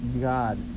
God